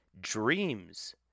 dreams